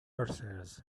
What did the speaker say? ulcers